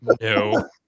no